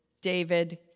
David